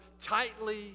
tightly